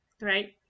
right